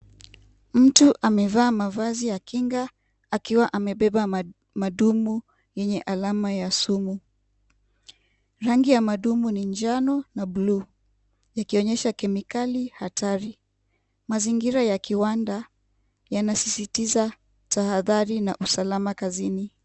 Mtu amevaa mavazi ya kinga akiwa amebeba madumu yenye alama ya sumu. Rangi ya madumu ni njano na bluu ikionyesha kemikali hatari. Mzingira ya kiwanda yanasisitiza tahadhari na usalama kazini.